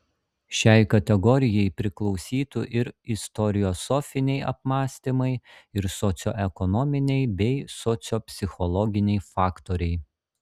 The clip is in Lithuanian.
šiai kategorijai priklausytų ir istoriosofiniai apmąstymai ir socioekonominiai bei sociopsichologiniai faktoriai